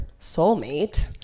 soulmate